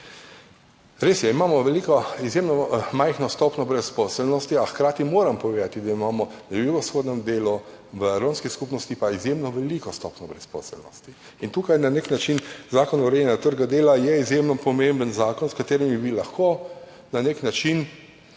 Res je, imamo izjemno majhno stopnjo brezposelnosti, a hkrati moram povedati, da imamo v jugovzhodnem delu v romski skupnosti pa izjemno veliko stopnjo brezposelnosti. Tukaj je na nek način Zakon o urejanju trga dela izjemno pomemben zakon, s katerim bi mi lahko na nek način